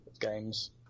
games